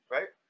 Right